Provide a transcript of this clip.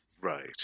Right